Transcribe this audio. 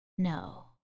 No